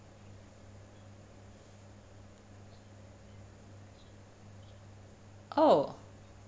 oh